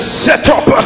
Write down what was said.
setup